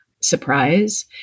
Surprise